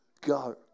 go